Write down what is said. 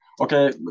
okay